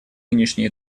нынешний